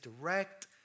direct